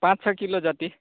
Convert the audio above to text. पाँच छ किलो जति